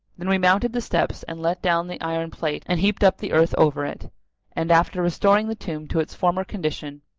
then we mounted the steps and let down the iron plate and heaped up the earth over it and, after restoring the tomb to its former condition,